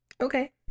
Okay